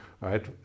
right